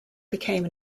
became